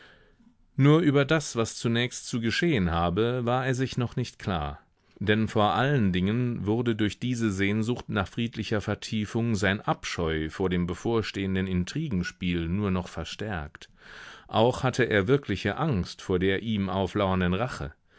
nur über das was zunächst zu geschehen habe war er sich noch nicht klar denn vor allen dingen wurde durch diese sehnsucht nach friedlicher vertiefung sein abscheu vor dem bevorstehenden intrigenspiel nur noch verstärkt auch hatte er wirkliche angst vor der ihm auflauernden rache